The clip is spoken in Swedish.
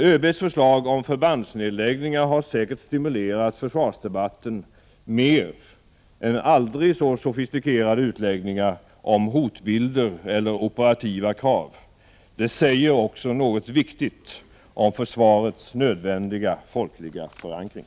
ÖB:s förslag om förbandsnedläggningar har säkert stimulerat försvarsdebatten mer än aldrig så sofistikerade utläggningar om hotbilder eller operativa krav. Det säger också något viktigt om försvarets nödvändiga folkliga förankring.